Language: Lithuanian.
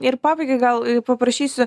ir pabaigai gal paprašysiu